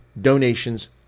donations